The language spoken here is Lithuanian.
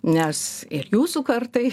nes ir jūsų kartai